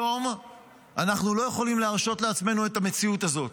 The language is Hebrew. היום אנחנו לא יכולים להרשות לעצמנו את המציאות הזאת.